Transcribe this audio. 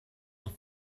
doch